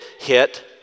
hit